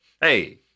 Hey